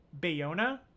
Bayona